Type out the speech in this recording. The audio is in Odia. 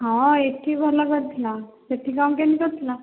ହଁ ଏଠି ଭଲ କରିଥିଲା ସେଠି କ'ଣ କେମିତି କରିଥିଲା